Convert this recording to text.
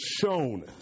shown